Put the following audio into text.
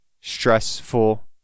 stressful